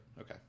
Okay